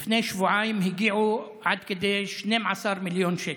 לפני שבועיים הם הגיעו עד כדי 12 מיליון שקל,